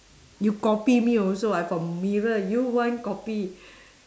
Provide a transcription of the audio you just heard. you copy me also I from mirror you want copy